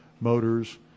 motors